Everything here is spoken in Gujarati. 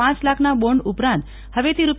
પ લાખના બોન્ડ ઉપરાંત હવેથી રૂ